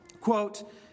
Quote